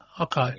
Okay